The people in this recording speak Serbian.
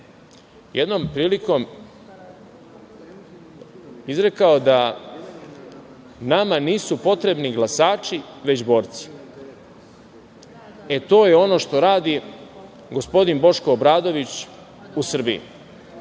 jednom prilikom izrekao da nama nisu potrebni glasači već borci. To je ono što radi gospodin Boško Obradović u Srbiji.